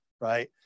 right